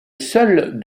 seule